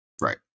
right